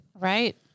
Right